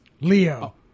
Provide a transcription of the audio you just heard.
Leo